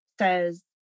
says